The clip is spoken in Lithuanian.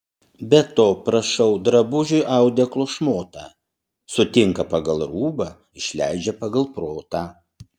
be to prašau drabužiui audeklo šmotą sutinka pagal rūbą išleidžia pagal protą